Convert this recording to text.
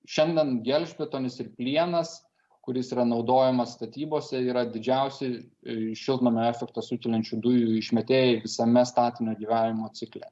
šiandien gelžbetonis ir plienas kuris yra naudojamas statybose yra didžiausi šiltnamio efektą sukeliančių dujų išmetėjai visame statinio gyvavimo cikle